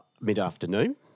mid-afternoon